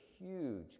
huge